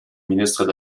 ministre